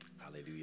Hallelujah